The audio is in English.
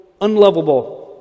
unlovable